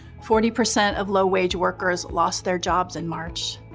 forty percent of low wage workers lost their jobs in march.